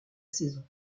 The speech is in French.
saison